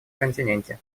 континенте